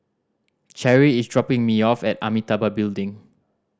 Cherrie is dropping me off at Amitabha Building